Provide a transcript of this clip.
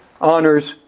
honors